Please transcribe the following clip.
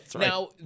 Now